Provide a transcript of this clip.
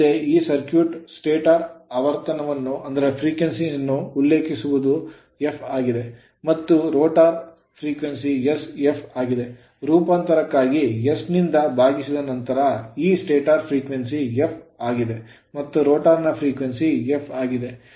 ಈ ಹಿಂದೆ ಈ ಸರ್ಕ್ಯೂಟ್ ಸ್ಟಾಟರ್ ಆವರ್ತನವನ್ನು ಉಲ್ಲೇಖಿಸುವುದು f ಆಗಿದೆ ಮತ್ತು ರೋಟರ್ ಆವರ್ತನವು sf ಆಗಿದೆ ರೂಪಾಂತರಕ್ಕಾಗಿ s ನಿಂದ ಭಾಗಿಸಿದ ನಂತರ ಈಗ ಸ್ಟಾಟರ್ frequency ಆವರ್ತನವು f ಆಗಿದೆ ಮತ್ತು ರೋಟರ್ ನ frequency ಆವರ್ತನವು f ಆಗಿದೆ